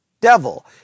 devil